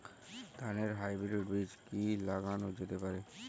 ধানের হাইব্রীড বীজ কি লাগানো যেতে পারে?